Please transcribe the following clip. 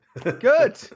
good